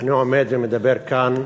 אני עומד ומדבר כאן